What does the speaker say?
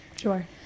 Sure